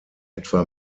etwa